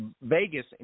Vegas